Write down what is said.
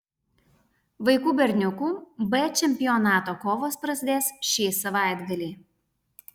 vaikų berniukų b čempionato kovos prasidės šį savaitgalį